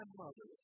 mother